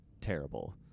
terrible